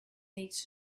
needs